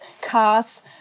cars